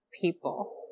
people